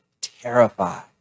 terrified